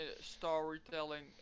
storytelling